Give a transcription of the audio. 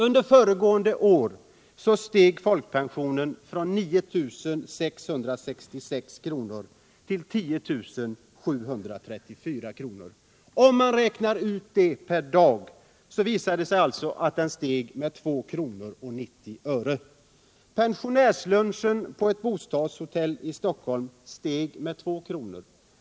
Under föregående år steg folkpensionen från 9 666 kr. till 10 734 kr. Uträknat per dag blir detta 2 kr. 90 öre. Pensionärslunchen på bostadshotellen i Stockholm steg i pris med 2 kr.